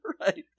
Right